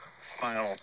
final